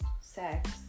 sex